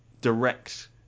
direct